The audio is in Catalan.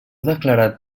declarat